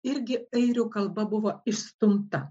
irgi airių kalba buvo išstumta